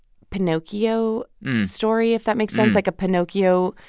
pinocchio story, if that makes sense like, a pinocchio.